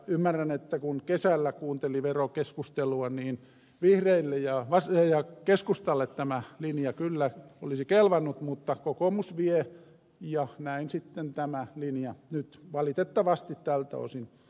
ymmärrän että kun kesällä kuunteli verokeskustelua niin vihreille ja keskustalle tämä linja kyllä olisi kelvannut mutta kokoomus vie ja näin sitten tämä linja nyt valitettavasti tältä osin toteutuu